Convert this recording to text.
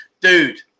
dude